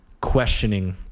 questioning